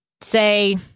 say